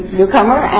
newcomer